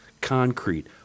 concrete